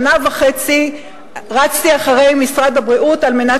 שנה וחצי רצתי אחרי משרד הבריאות על מנת